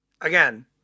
again